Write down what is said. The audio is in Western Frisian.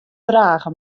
drage